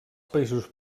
països